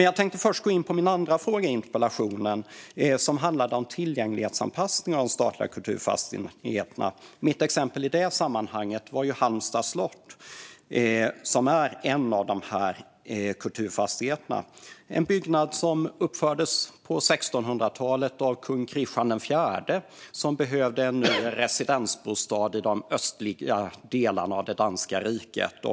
Jag tänkte först gå in på min andra fråga i interpellationen, som handlade om tillgänglighetsanpassning av de statliga kulturfastigheterna. Mitt exempel i det sammanhanget var Halmstads slott, som är en av dessa kulturfastigheter. Det är en byggnad som uppfördes på 1600-talet av kung Kristian IV, som behövde en residensbostad i de östliga delarna av det danska riket.